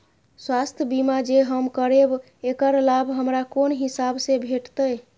स्वास्थ्य बीमा जे हम करेब ऐकर लाभ हमरा कोन हिसाब से भेटतै?